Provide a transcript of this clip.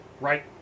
right